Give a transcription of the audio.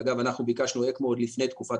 ואגב אנחנו ביקשנו אקמו עוד לפני תקופת